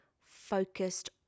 focused